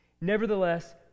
Nevertheless